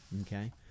okay